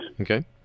Okay